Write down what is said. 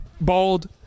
Bald